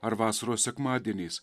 ar vasaros sekmadieniais